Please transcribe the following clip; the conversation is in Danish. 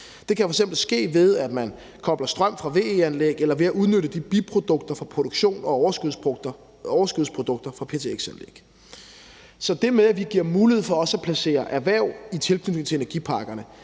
Det kan jo f.eks. ske, ved at man kobler sig på strøm fra VE-anlæg, eller ved at udnytte biprodukter fra produktionen og overskudsprodukter fra ptx-anlæg. Så det med, at vi giver mulighed for også at etablere erhverv i tilknytning til energiparkerne,